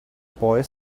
boy